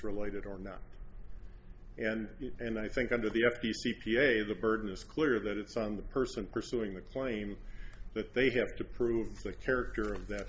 related or not and and i think under the f t c p a the burden is clear that it's on the person pursuing the claim that they have to prove the character of that